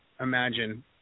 imagine